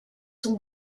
sont